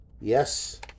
Yes